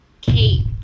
Kate